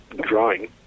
drawing